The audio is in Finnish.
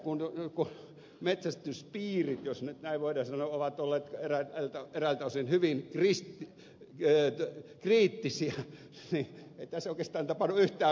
kun metsästyspiirit jos nyt näin voidaan sanoa ovat olleet eräiltä osin hyvin kriittisiä niin ei tässä oikeastaan tapahdu yhtään mitään